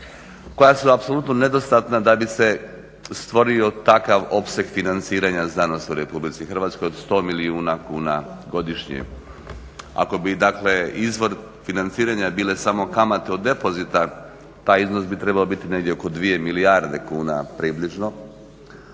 koja su apsolutno nedostatna da bi se stvorio takav opseg financiranja znanosti u Republici Hrvatskoj od 100 milijuna kuna godišnje. Ako bi, dakle izvor financiranja bile samo kamate od depozita taj iznos bi trebao biti negdje oko 2 milijarde kuna približno,